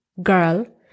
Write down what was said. Girl